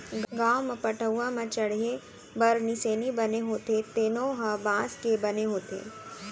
गाँव म पटअउहा म चड़हे बर निसेनी बने होथे तेनो ह बांस के बने होथे